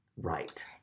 right